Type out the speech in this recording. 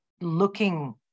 looking